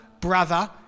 brother